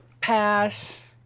Pass